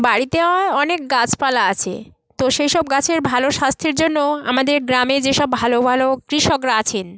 বাড়িতে অনেক গাছপালা আছে তো সেই সব গাছের ভালো স্বাস্থ্যের জন্য আমাদের গ্রামে যেসব ভালো ভালো কৃষকরা আছেন